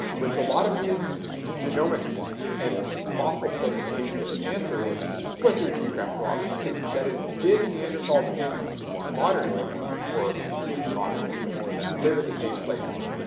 which a lot of these genomics and fossil studies aim to answer is, was there geographical opportunity? that is, did neanderthals and modern humans or pre-modern humans live at the same place?